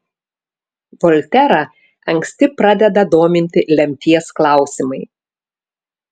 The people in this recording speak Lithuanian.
volterą anksti pradeda dominti lemties klausimai